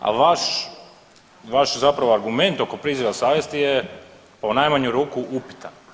A vaš zapravo argument oko priziva savjesti je u najmanju ruku upitan.